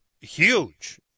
huge